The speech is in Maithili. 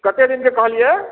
कतेक दिनके कहलिए